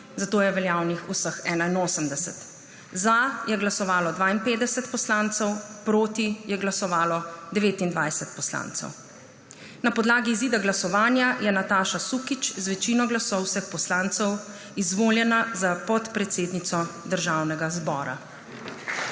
zato je veljavnih vseh 81. Za je glasovalo 52 poslancev, proti je glasovalo 29 poslancev. Na podlagi izida glasovanja je Nataša Sukič z večino glasov vseh poslancev izvoljena za podpredsednico Državnega zbora.